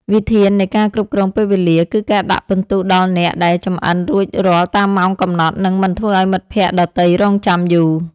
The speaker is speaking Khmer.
វិធាននៃ ការគ្រប់គ្រងពេលវេលា គឺការដាក់ពិន្ទុដល់អ្នកដែលចម្អិនរួចរាល់តាមម៉ោងកំណត់ និងមិនធ្វើឱ្យមិត្តភក្តិដទៃរង់ចាំយូរ។